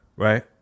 Right